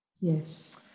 yes